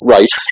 Right